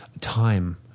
time